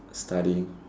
studying